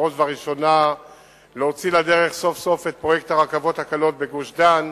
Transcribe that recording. בראש ובראשונה להוציא לדרך סוף-סוף את פרויקט הרכבות הקלות בגוש-דן,